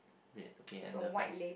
red okay and the back